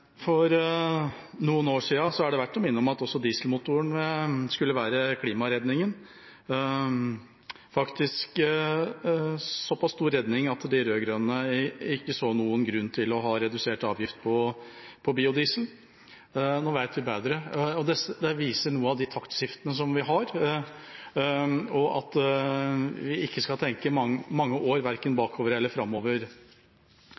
er verdt å minne om at for noen år siden skulle dieselmotoren være klimaredningen, faktisk en såpass stor redning at de rød-grønne ikke så noen grunn til å ha redusert avgift på biodiesel. Nå vet vi bedre. Det viser noe av de taktskiftene vi har, og at vi ikke skal tenke mange år verken bakover eller framover.